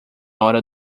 hora